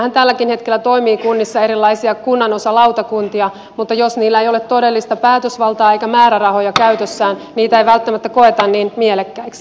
meillähän tälläkin hetkellä toimii kunnissa erilaisia kunnanosalautakuntia mutta jos niillä ei ole todellista päätösvaltaa eikä määrärahoja käytössään niitä ei välttämättä koeta niin mielekkäiksi